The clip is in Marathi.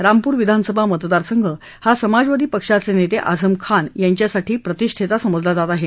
रामपूर विधानसभा मतदार संघ हा समाजवादी पक्षाचे नेते आझम खान यांच्यासाठी प्रतिष्ठेची समजली जात आहे